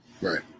right